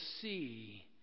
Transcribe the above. see